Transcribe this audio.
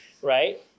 right